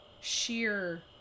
sheer